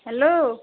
hello